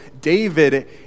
David